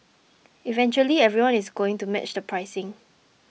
eventually everyone is going to match the pricing